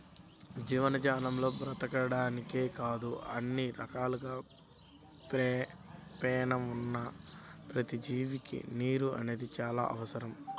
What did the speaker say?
జీవజాలం బతకడానికే కాదు అన్ని రకాలుగా పేణం ఉన్న ప్రతి జీవికి నీరు అనేది చానా అవసరం